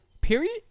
period